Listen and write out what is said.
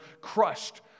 crushed